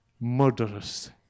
murderers